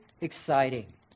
exciting